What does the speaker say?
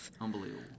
Unbelievable